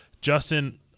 Justin